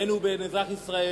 בין אם הוא אזרח ישראל